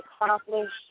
accomplished